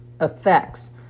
effects